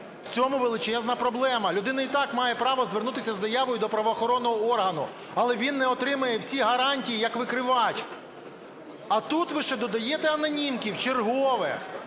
В цьому величезна проблема. Людина і так має право звернутися з заявою до правоохоронного органу, але він не отримає всі гарантії як викривач. А тут ви ще додаєте анонімки вчергове.